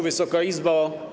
Wysoka Izbo!